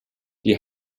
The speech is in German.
die